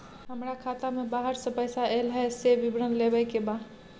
हमरा खाता में बाहर से पैसा ऐल है, से विवरण लेबे के बा?